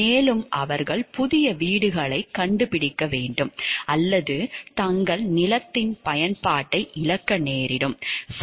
மேலும் அவர்கள் புதிய வீடுகளைக் கண்டுபிடிக்க வேண்டும் அல்லது தங்கள் நிலத்தின் பயன்பாட்டை இழக்க நேரிடும்